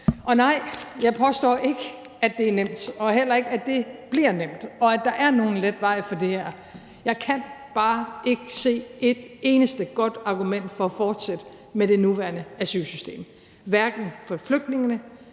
Og nej, jeg påstår ikke, at det er nemt, og heller ikke, at det bliver nemt, og at der er nogen let vej for det her. Jeg kan bare ikke se et eneste godt argument for at fortsætte med det nuværende asylsystem, hverken for flygtningene